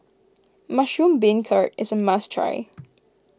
Mushroom Beancurd is a must try